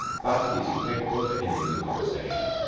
but he is incapable of ending the conversation.